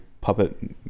puppet